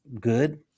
good